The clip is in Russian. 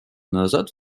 назад